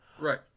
right